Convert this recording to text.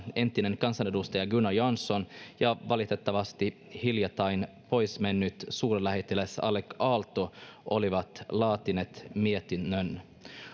entinen kansanedustaja gunnar jansson ja valitettavasti hiljattain poismennyt suurlähettiläs alec aalto olivat laatineet mietinnön